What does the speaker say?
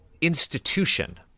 institution